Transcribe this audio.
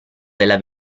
della